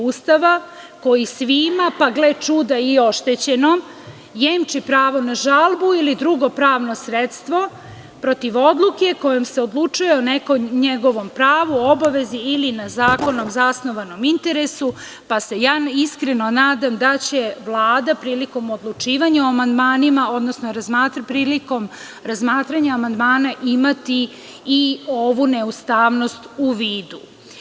Ustava koji svima, pa gle čuda, i oštećenom jemči pravo na žalbu ili drugo pravno sredstvo protiv odluke kojom se odlučuje o nekom njegovom pravu, obavezi ili na zakonom zasnovano interesu, pa se iskreno nadam da će Vlada prilikom odlučivanja o amandmanima, odnosno prilikom razmatranja amandmana imati i ovu neustavnost u vidu.